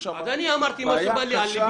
יש שם בעיה קשה